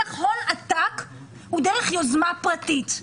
להרוויח הון עתק היא דרך יוזמה פרטית,